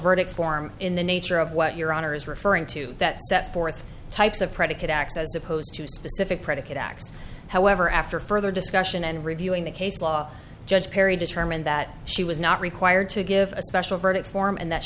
verdict form in the nature of what your honor is referring to that set forth types of predicate acts as opposed to specific predicate acts however after further discussion and reviewing the case law judge perry determined that she was not required to give a special verdict form and that